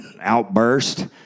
outburst